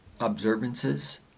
observances